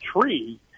tree